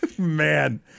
man